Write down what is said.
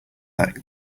that